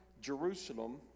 Jerusalem